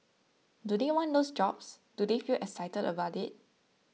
do they want those jobs do they feel excited about it